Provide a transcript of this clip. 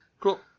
cool